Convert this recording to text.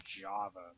Java